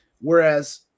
Whereas